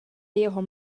jeho